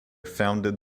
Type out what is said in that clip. founded